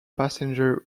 passenger